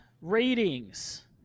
ratings